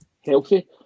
healthy